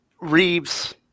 Reeves